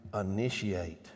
initiate